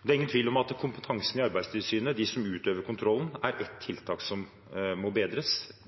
Det er ingen tvil om at kompetansen i Arbeidstilsynet, som utøver kontrollen, må bedres – kunnskapen der må